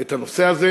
את הנושא הזה.